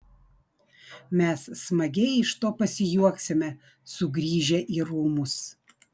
mes smagiai iš to pasijuoksime sugrįžę į rūmus